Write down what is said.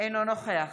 אינו נוכח